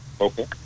okay